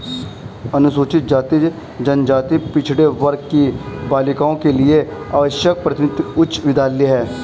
अनुसूचित जाति जनजाति पिछड़े वर्ग की बालिकाओं के लिए आवासीय प्राथमिक उच्च विद्यालय है